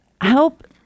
help